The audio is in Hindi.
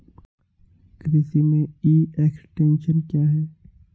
कृषि में ई एक्सटेंशन क्या है?